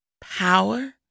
power